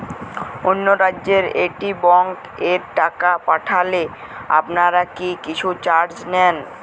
অন্য রাজ্যের একি ব্যাংক এ টাকা পাঠালে আপনারা কী কিছু চার্জ নেন?